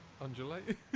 Undulate